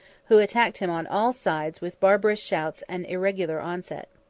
who attacked him on all sides with barbarous shouts and irregular onset.